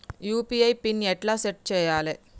UPI PIN ఎట్లా set చేయాలే?